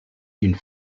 d’une